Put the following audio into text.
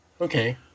Okay